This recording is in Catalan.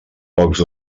pocs